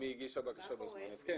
אם היא הגישה בקשה בזמן אז כן.